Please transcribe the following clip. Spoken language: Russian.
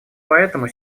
поэтому